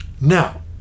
Now